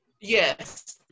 Yes